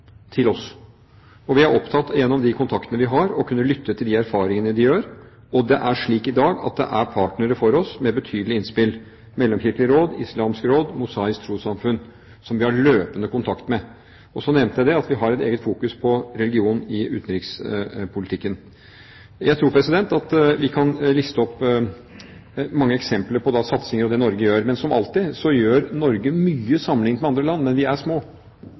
til oss! Vi er opptatt av, gjennom de kontaktene vi har, å kunne lytte til de erfaringene de gjør. Det er slik i dag at det er partnere for oss med betydelige innspill: Mellomkirkelig råd, Islamsk Råd, Det mosaiske trossamfunn, som vi har løpende kontakt med. Og så nevnte jeg at vi har et eget fokus på religion i utenrikspolitikken. Jeg tror at vi kan liste opp mange eksempler på satsinger som Norge gjør. Som alltid gjør Norge mye sammenlignet med andre land, men vi er små.